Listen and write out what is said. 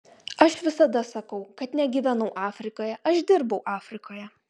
aš visada sakau kad negyvenau afrikoje aš dirbau afrikoje